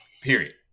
Period